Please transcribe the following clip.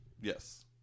Yes